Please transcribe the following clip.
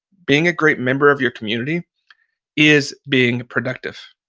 being a great member of your community is being productive.